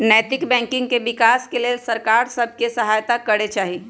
नैतिक बैंकिंग के विकास के लेल सरकार सभ के सहायत करे चाही